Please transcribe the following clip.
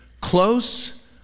Close